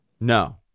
No